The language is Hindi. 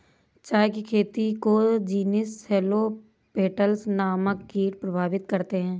चाय की खेती को जीनस हेलो पेटल्स नामक कीट प्रभावित करते हैं